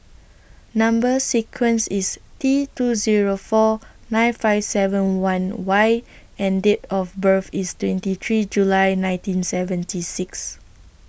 Number sequence IS T two Zero four nine five seven one Y and Date of birth IS twenty three July nineteen seventy six